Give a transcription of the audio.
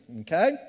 Okay